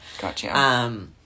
Gotcha